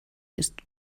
ist